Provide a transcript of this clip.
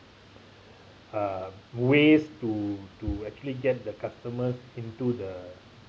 uh ways to to actually get the customers into the